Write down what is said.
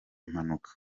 mpanuka